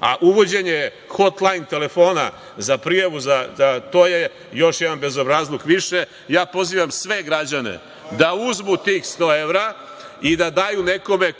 a uvođenje hotlajn telefona za prijavu za to je još jedan bezobrazluk više. Ja pozivam sve građane da uzmu tih 100 evra i da daju nekome